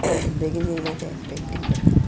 बेगीन येना ते पेंटींग करपाक